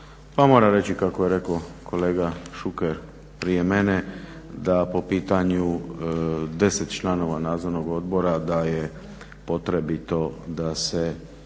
Moram reći kako je rekao kolega Šuker prije mene da po pitanju 10 članova nadzornog odbora da je potrebito da se